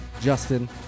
justin